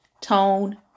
tone